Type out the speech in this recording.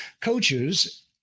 coaches